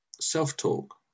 self-talk